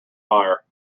fire